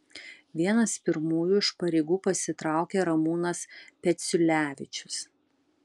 vienas pirmųjų iš pareigų pasitraukė ramūnas peciulevičius